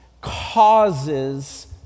causes